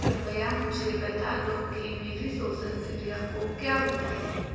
कृपया मुझे बता दो कि मेरी सोशल मीडिया को क्या हुआ है